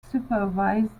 supervised